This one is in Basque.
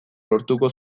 lortuko